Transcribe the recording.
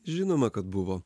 žinoma kad buvo